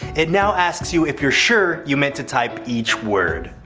it now asks you if you're sure you meant to type each word.